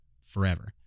forever